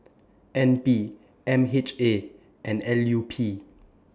N P M H A and L U P